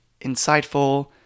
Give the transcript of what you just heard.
insightful